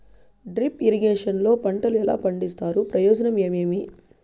Drip irrigation లో పంటలు ఎలా పండిస్తారు ప్రయోజనం ఏమేమి?